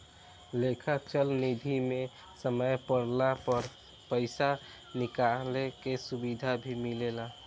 लेखा चल निधी मे समय पड़ला पर पइसा निकाले के सुविधा भी मिलेला